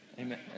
Amen